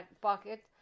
pocket